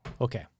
Okay